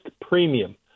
premium